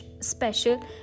special